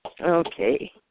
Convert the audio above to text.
Okay